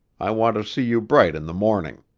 i want to see you bright in the morning.